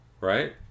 Right